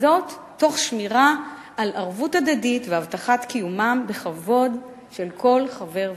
וזאת תוך שמירה על ערבות הדדית והבטחת קיומם בכבוד של כל חבר וחברה.